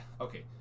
okay